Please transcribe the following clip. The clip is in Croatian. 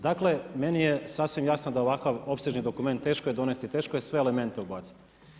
Dakle meni je sasvim jasno da ovakav opsežni dokument teško je donesti, teško je sve elemente ubaciti.